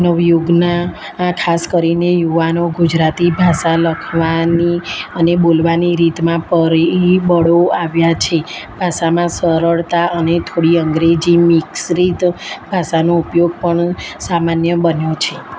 નવયુગના આ ખાસ કરીને યુવાનો ગુજરાતી ભાષા લખવાની અને બોલવાની રીતમાં પરિબળો આવ્યાં છે ભાષામાં સરળતા અને થોડી અંગ્રેજી મિશ્રિત ભાષાનો ઉપયોગ પણ સામાન્ય બન્યો છે